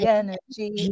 energy